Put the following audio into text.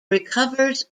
recovers